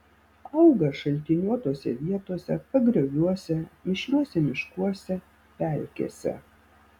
auga šaltiniuotose vietose pagrioviuose mišriuose miškuose pelkėse